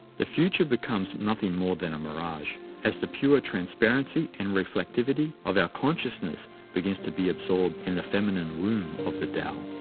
the future becomes nothing more than a mirage, as the pure transparency and reflectivity of our consciousness begins to be absorbed in the feminine womb of the tao.